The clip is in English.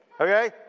okay